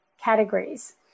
categories